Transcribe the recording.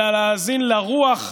אלא להאזין לרוח,